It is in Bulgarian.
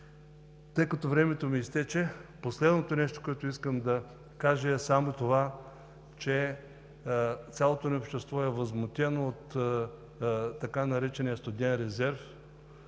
Тъй като времето ми изтече, последното нещо, което искам да кажа, е, че цялото ни общество е възмутено от така наречения студен резерв,